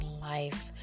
life